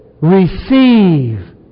Receive